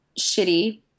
shitty